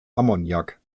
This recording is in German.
ammoniak